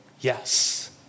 yes